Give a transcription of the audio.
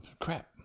Crap